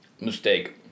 mistake